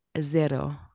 zero